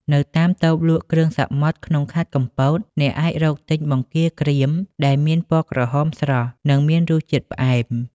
នៅតាមតូបលក់គ្រឿងសមុទ្រក្នុងខេត្តកំពត អ្នកអាចរកទិញបង្គាក្រៀមដែលមានពណ៌ក្រហមស្រស់ និងមានរសជាតិផ្អែម។